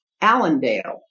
Allendale